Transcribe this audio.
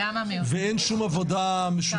גם המעונות.